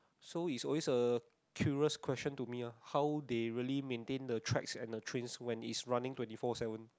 so it's always a curious question to me lah how they really maintain the tracks and the train when it is running twenty four seven